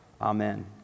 Amen